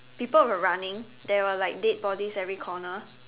people were running there were like dead bodies every corner